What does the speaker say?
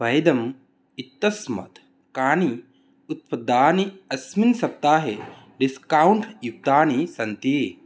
वह्दम् इत्यस्माात् कानि उत्पदानि अस्मिन् सप्ताहे डिस्कौण्ट् युक्तानि सन्ति